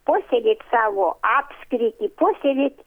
puoselėt savo apskritį puoselėt